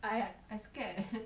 I I scared